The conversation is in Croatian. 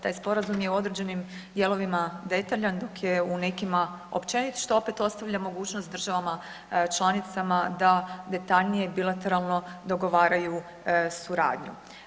Taj sporazum je u određenim dijelovima detaljan dok je u nekima općenit što opet ostavlja mogućnost državama članicama, da detaljnije, bilateralno dogovaraju suradnju.